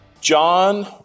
John